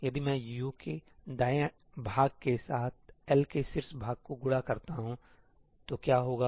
यदि मैं U के दाएं भाग के साथ L के शीर्ष भाग को गुणा करता हूं तो क्या होगा